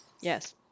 yes